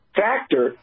factor